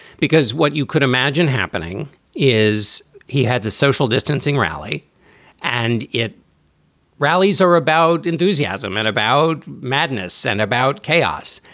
because what you could imagine happening is he has a social distancing rally and it rallies are about enthusiasm and about madness and about chaos.